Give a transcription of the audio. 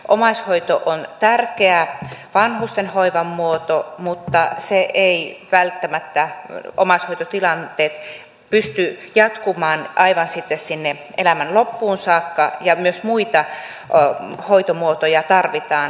omaishoito on tärkeä vanhusten hoivan muoto mutta välttämättä omaishoitotilanteet eivät pysty jatkumaan aivan sitten sinne elämän loppuun saakka ja myös muita hoitomuotoja tarvitaan